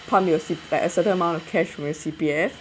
pump your C like a certain amount of cash from my C_P_F